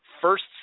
First